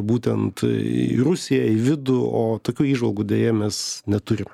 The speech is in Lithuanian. būtent į rusiją į vidų o tokių įžvalgų deja mes neturime